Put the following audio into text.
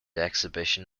exhibition